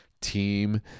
team